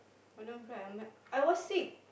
I don't cry I am like I was sick